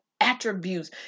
attributes